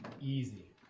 Easy